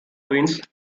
ruins